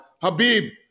Habib